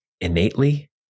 innately